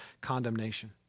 condemnation